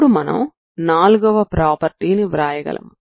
ఇప్పుడు మనం నాల్గవ ప్రాపర్టీని వ్రాయగలము